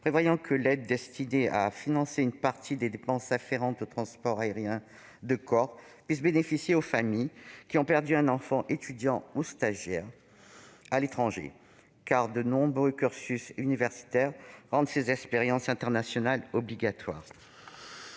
à ce que l'aide destinée à financer une partie des dépenses afférentes au transport aérien de corps puisse bénéficier aux familles qui ont perdu un enfant étudiant ou stagiaire à l'étranger, car de nombreux cursus universitaires rendent ces expériences internationales obligatoires.